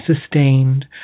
sustained